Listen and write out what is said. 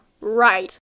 right